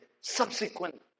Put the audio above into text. subsequent